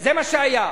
זה מה שהיה.